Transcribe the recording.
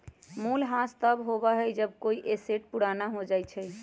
मूल्यह्रास तब होबा हई जब कोई एसेट पुराना हो जा हई